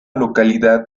localidad